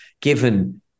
given